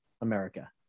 America